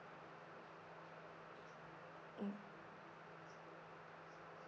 mm